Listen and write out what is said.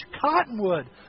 cottonwood